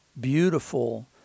beautiful